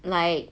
like